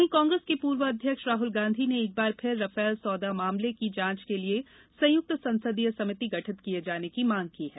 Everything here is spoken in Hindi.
वहीं कांग्रेस के पूर्व अध्यक्ष राहल गांधी ने एक बार फिर राफेल सौदे मामले की जांच के लिए संयुक्त संसदीय समिति गठित किये जाने की मांग की है